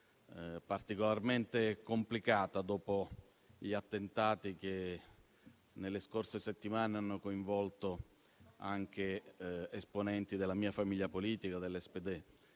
particolarmente complicata dopo gli attentati che nelle scorse settimane hanno coinvolto anche esponenti della mia famiglia politica, dell'SPD.